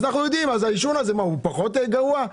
העישון הזה, הוא פחות גרוע?